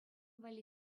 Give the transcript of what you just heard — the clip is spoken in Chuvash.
валли